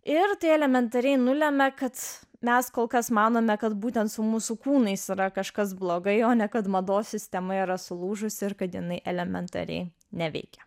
ir tai elementariai nulemia kad mes kol kas manome kad būtent su mūsų kūnais yra kažkas blogai o ne kad mados sistema yra sulūžusi ir katinai elementariai neveikia